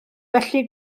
felly